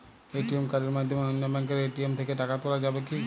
ATM কার্ডের মাধ্যমে অন্য ব্যাঙ্কের এ.টি.এম থেকে টাকা তোলা যাবে কি?